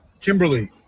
Kimberly